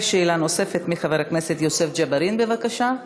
שאלה נוספת לחבר הכנסת יוסף ג'בארין, בבקשה.